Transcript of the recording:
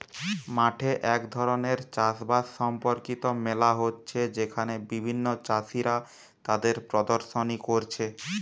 মাঠে এক ধরণের চাষ বাস সম্পর্কিত মেলা হচ্ছে যেখানে বিভিন্ন চাষীরা তাদের প্রদর্শনী কোরছে